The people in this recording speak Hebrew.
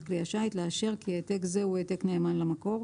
כלי השיט לאשר כי העתק זה הוא העתק נאמן למקור,